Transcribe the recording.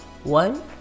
One